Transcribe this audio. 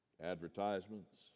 advertisements